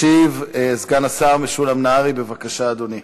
ישיב סגן השר משולם נהרי, בבקשה, אדוני.